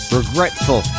regretful